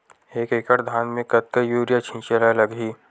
एक एकड़ धान में कतका यूरिया छिंचे ला लगही?